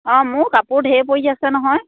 অঁ মোৰ কাপোৰ ঢেৰ পৰি আছে নহয়